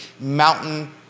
mountain